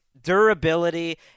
durability